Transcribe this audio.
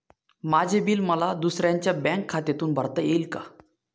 माझे बिल मला दुसऱ्यांच्या बँक खात्यातून भरता येईल का?